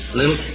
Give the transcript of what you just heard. little